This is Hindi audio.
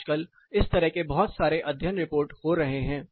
आज कल इस तरह के बहुत सारे अध्ययन रिपोर्ट हो रहे हैं